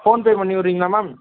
phone பே பண்ணி விட்றிங்களா ma'am